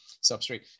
substrate